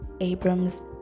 Abram's